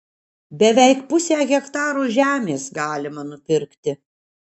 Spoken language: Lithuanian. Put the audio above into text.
beveik pusę hektaro žemės galima nupirkti